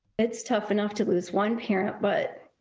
it is tough enough to lose one parent but